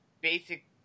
basic